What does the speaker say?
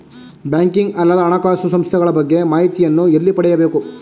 Banking ಅಲ್ಲದ ಹಣಕಾಸು ಸಂಸ್ಥೆಗಳ ಬಗ್ಗೆ ಮಾಹಿತಿಯನ್ನು ಎಲ್ಲಿ ಪಡೆಯಬೇಕು?